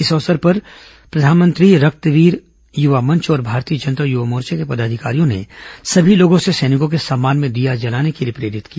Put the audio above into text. इस अवसर पर प्रधानमंत्री रक्तवीर युवा मंच और भारतीय जनता युवा मोर्चा के पदाधिकारियों ने सभी लोगों से सैनिकों के सम्मान में दीया जलाने के लिए प्रेरित किया